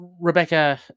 Rebecca